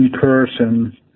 person